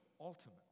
ultimately